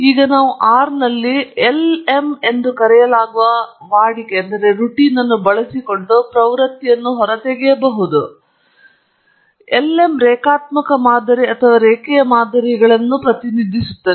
ಈಗ ನಾವು R ನಲ್ಲಿ lm ಎಂದು ಕರೆಯಲಾಗುವ ವಾಡಿಕೆಯನ್ನು ಬಳಸಿಕೊಂಡು ಪ್ರವೃತ್ತಿಯನ್ನು ಹೊರತೆಗೆಯಬಹುದು lm ರೇಖಾತ್ಮಕ ಮಾದರಿ ಅಥವಾ ರೇಖೀಯ ಮಾದರಿಗಳಿಗೆ ಪ್ರತಿನಿಧಿಸುತ್ತದೆ